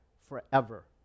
forever